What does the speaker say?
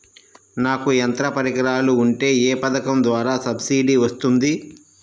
నాకు యంత్ర పరికరాలు ఉంటే ఏ పథకం ద్వారా సబ్సిడీ వస్తుంది?